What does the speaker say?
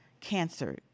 cancer